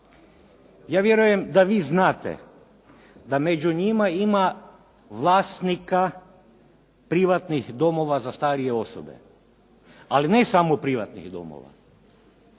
Ja vjerujem da vi znate da među njima ima vlasnika privatnih domova za starije osobe ali ne samo privatnih domova.